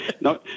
No